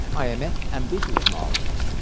i am an ambitious novelist,